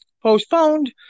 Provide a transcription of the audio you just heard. postponed